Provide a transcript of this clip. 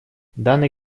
данной